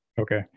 okay